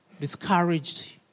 discouraged